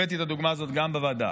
הבאתי את הדוגמה הזאת גם בוועדה.